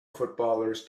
footballers